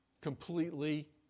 completely